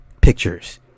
pictures